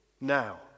Now